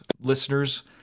Listeners